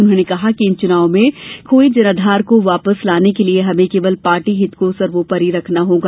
उन्होंने कहा कि इन चुनावों में खोये जनाधार को वापस लाने के लिए हमें केवल पार्टी हित को सर्वोपरि रखना होगा